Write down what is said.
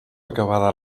acabada